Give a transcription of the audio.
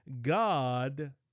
God